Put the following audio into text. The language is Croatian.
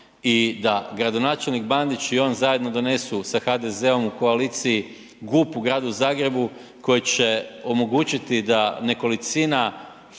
i da gradonačelnik Bandić i on zajedno donesu sa HDZ-om u koaliciji GUP u gradu Zagrebu koji će omogućiti da nekolicina